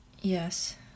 Yes